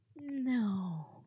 No